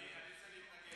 אני רוצה להתנגד.